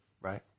Right